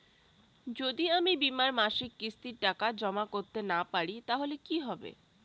যদি আমি বীমার মাসিক কিস্তির টাকা জমা করতে না পারি তাহলে কি হবে?